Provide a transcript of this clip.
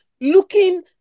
looking